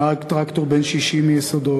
נהג טרקטור בן 60 מיסודות,